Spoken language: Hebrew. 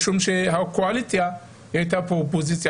משום שהקואליציה הייתה באופוזיציה,